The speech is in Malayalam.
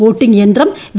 വോട്ടിംഗ് യന്ത്രം വി